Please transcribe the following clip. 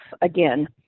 again